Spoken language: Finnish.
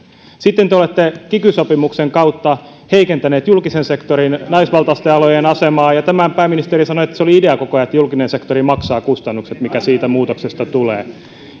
sitten te te olette kiky sopimuksen kautta heikentäneet julkisen sektorin naisvaltaisten alojen asemaa ja pääministeri sanoi että se oli idea koko ajan että julkinen sektori maksaa kustannukset mitkä siitä muutoksesta tulevat